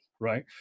right